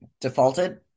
defaulted